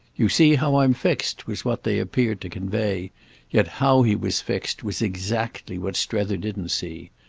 you see how i'm fixed, was what they appeared to convey yet how he was fixed was exactly what strether didn't see.